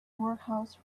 workhouse